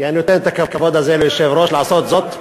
כי אני נותן את הכבוד הזה ליושב-ראש לעשות זאת.